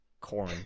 corn